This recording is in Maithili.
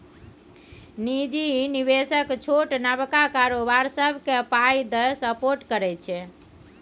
निजी निबेशक छोट नबका कारोबार सबकेँ पाइ दए सपोर्ट करै छै